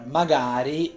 magari